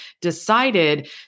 decided